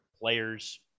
players